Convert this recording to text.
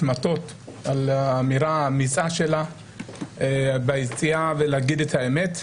מטות על האמירה האמיצה שלה ולהגיד את האמת.